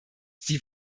sie